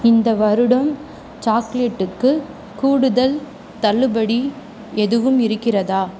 இந்த வருடம் சாக்லேட்டுக்கு கூடுதல் தள்ளுபடி எதுவும் இருக்கிறதா